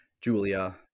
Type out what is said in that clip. julia